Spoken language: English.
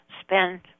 spend